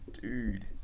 dude